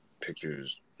pictures